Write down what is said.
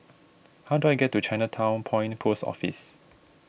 how do I get to Chinatown Point Post Office